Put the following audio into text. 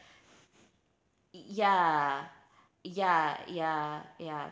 ya ya ya ya